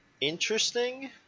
interesting